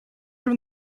from